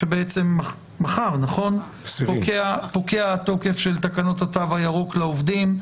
שבעצם מחר פוקע התוקף של התקנות של התו הירוק לעובדים,